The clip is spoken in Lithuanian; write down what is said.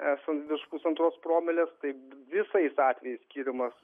esant pusantros promilės tai visais atvejais skiriamas